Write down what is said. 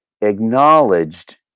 acknowledged